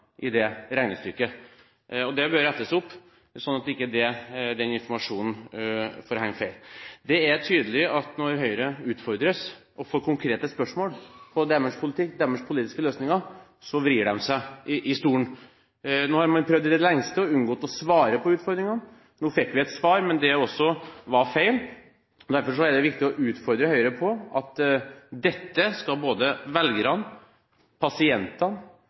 i det regnestykket. Det bør rettes opp, sånn at ikke den informasjonen får henge ved. Det er tydelig at når Høyre utfordres og får konkrete spørsmål på deres politikk og deres politiske løsninger, vrir de seg i stolen. Nå har man prøvd i det lengste å unngå å svare på utfordringene. Nå fikk vi et svar, men det var også feil. Derfor er det viktig å utfordre Høyre på at dette skal både velgerne, pasientene